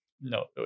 No